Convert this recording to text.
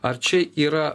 ar čia yra